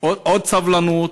עוד סבלנות,